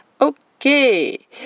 Okay